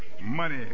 money